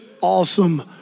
awesome